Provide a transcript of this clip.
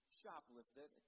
shoplifted